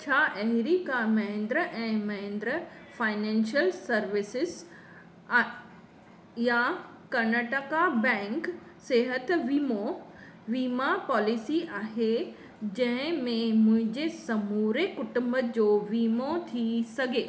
छा अहिड़ी का Mahindra and Mahindra financial services आहे या कर्नाटका बैंक सिहत वीमो वीमा पॉलिसी आहे जहिंमें मुंहिंजे समूरे कुटुंब जो वीमो थी सघे